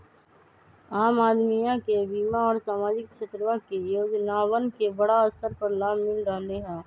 आम अदमीया के बीमा और सामाजिक क्षेत्रवा के योजनावन के बड़ा स्तर पर लाभ मिल रहले है